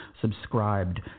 subscribed